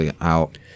out